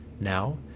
Now